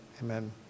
Amen